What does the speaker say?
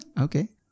Okay